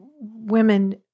women